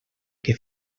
que